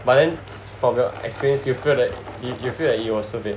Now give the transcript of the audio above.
but then from your experience you feel that you feel that he was surveyed